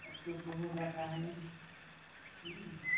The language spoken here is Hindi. बच्चों को हो जाता है